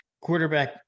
quarterback